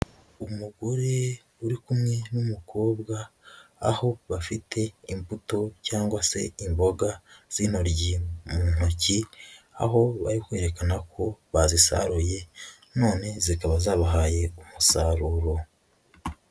Umugore uri kumwe n'umukobwa, aho bafite imbuto cyangwa se imboga z'inoryi mu ntoki, aho bari kwerekana ko bazisaruye none zikaba zabahaye umusaruro.